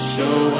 Show